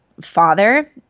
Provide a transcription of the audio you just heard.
father